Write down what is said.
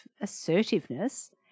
assertiveness